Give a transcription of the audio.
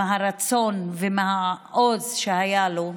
מהרצון ומהעוז שהיה לו,